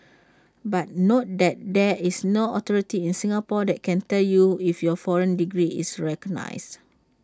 but note that there is no authority in Singapore that can tell you if your foreign degree is recognised